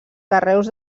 carreus